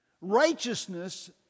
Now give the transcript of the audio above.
righteousness